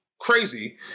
crazy